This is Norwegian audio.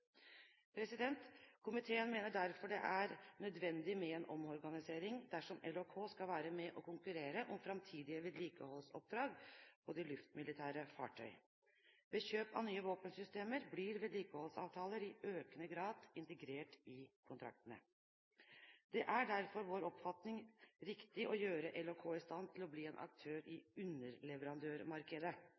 Komiteen mener derfor det er nødvendig med en omorganisering dersom LHK skal være med og konkurrere om framtidige vedlikeholdsoppdrag på luftmilitære fartøy. Ved kjøp av nye våpensystemer, blir vedlikeholdsavtaler i økende grad integrert i kontraktene. Det er derfor vår oppfatning riktig å gjøre LHK i stand til å bli en aktør i